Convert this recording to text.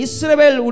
Israel